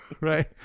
right